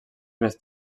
més